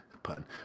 pun